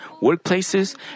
workplaces